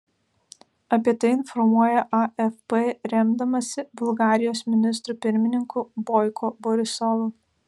apie tai informuoja afp remdamasi bulgarijos ministru pirmininku boiko borisovu